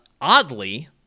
Oddly